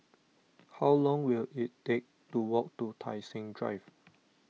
how long will it take to walk to Tai Seng Drive